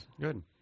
Good